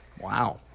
Wow